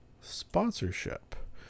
sponsorship